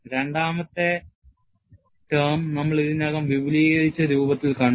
രണ്ടാമത്തെ ടേം നമ്മൾ ഇതിനകം വിപുലീകരിച്ച രൂപത്തിൽ കണ്ടു